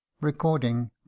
Recording